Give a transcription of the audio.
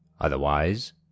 otherwise